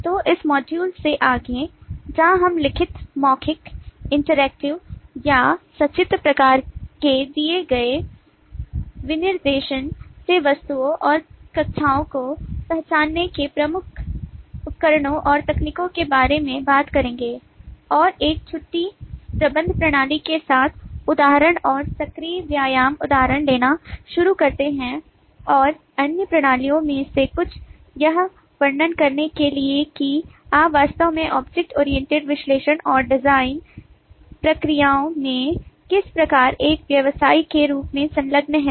तो इस मॉड्यूल से आगे जहां हम लिखित मौखिक इंटरएक्टिव या सचित्र प्रकार के दिए गए विनिर्देशन से वस्तुओं और कक्षाओं को पहचानने के कुछ प्रमुख उपकरणों और तकनीकों के बारे में बात करेंगे और एक छुट्टी प्रबंधन प्रणाली के साथ उदाहरण और सक्रिय व्यायाम उदाहरण लेना शुरू करते हैं और अन्य प्रणालियों में से कुछ यह वर्णन करने के लिए कि आप वास्तव में ऑब्जेक्ट ओरिएंटेड विश्लेषण और डिज़ाइन प्रक्रियाओं में किस प्रकार एक व्यवसायी के रूप में संलग्न हैं